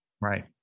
Right